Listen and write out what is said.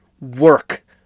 work